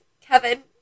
Kevin